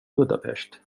budapest